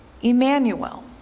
Emmanuel